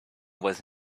was